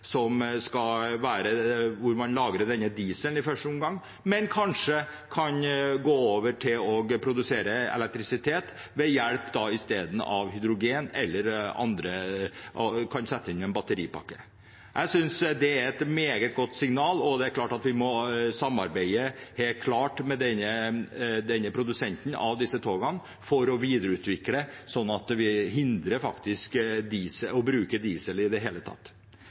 lagrer dieselen, men der man kanskje kan gå over til å produsere elektrisitet ved hjelp av hydrogen i stedet, eller kan sette inn en batteripakke. Jeg synes det er et meget godt signal, og det er klart at vi må samarbeide med produsenten av disse togene for videreutvikling, slik at vi hindrer bruk av diesel i det hele tatt.